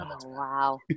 Wow